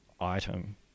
item